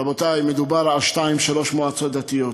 רבותי, מדובר על שתיים-שלוש מועצות דתיות.